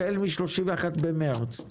החל מ-31 במרץ,